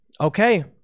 Okay